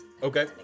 Okay